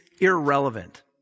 irrelevant